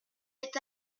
est